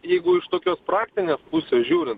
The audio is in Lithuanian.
jeigu iš tokios praktinės užsižiūriupusės žiūrint